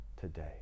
today